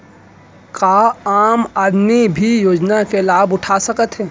का आम आदमी भी योजना के लाभ उठा सकथे?